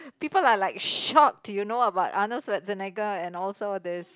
people are like shocked to you know about Arnold-Schwarzenegger and also this